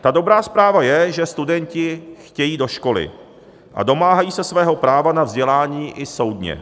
Ta dobrá zpráva je, že studenti chtějí do školy a domáhají se svého práva na vzdělání i soudně.